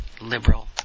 liberal